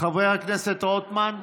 חבר הכנסת רוטמן,